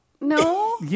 No